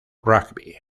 rugby